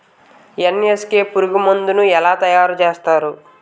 NSK పురుగు మందు ను ఎలా తయారు చేస్తారు?